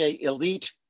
elite